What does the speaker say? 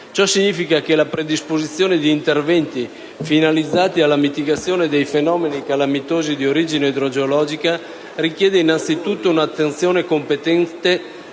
Ciò significa che la predisposizione di interventi finalizzati alla mitigazione dei fenomeni calamitosi di origine idrogeologica richiede innanzitutto un'attenzione competente